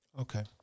Okay